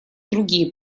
другие